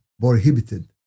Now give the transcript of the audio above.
prohibited